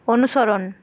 অনুসরণ